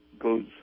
goes